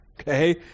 Okay